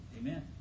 amen